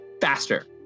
faster